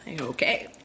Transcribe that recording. Okay